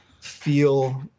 feel